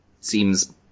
seems-